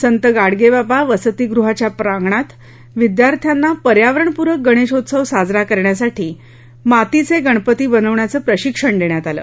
संत गाडगेबाबा वस्तीगृहाच्या प्रांगणात बाळापूर विद्यार्थ्यांना पर्यावरणपूरक गणेशोत्सव साजरा करण्यासाठी मातीचे गणपती बनवण्याचं प्रशिक्षण देण्यात आलं